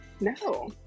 No